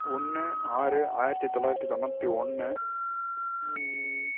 ஒன்று ஆறு ஆயிரத்தி தொள்ளாயிரத்தி தொண்ணூற்றி ஒன்று